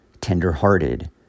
tender-hearted